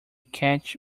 catch